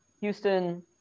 Houston